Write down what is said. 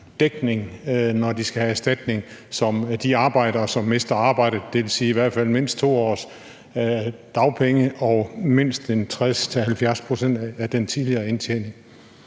dækning, når de skal have erstatning, som de arbejdere, som mister arbejdet, det vil sige i hvert fald mindst 2 års dagpenge og mindst 60-70 pct. af den tidligere indtjening.